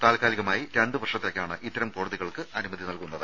താൽക്കാലികമായി രണ്ടുവർഷത്തേക്കാണ് ഇത്തരം കോടതികൾക്ക് അനുമതി നൽകുന്നത്